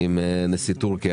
עם נשיא טורקיה,